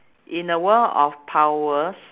in a world of powers